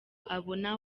abona